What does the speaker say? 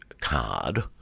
card